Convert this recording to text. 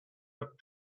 but